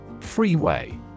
Freeway